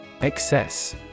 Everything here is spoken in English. Excess